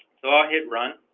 so i'll hit run